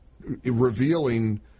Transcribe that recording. revealing